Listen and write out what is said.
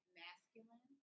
masculine